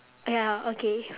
ya okay